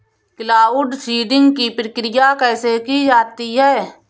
Cloud seeding की प्रक्रिया कैसे की जाती है?